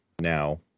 now